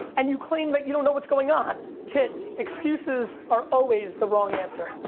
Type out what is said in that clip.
and you claim that you don't know what's going on. kids, excuses are always the wrong answer.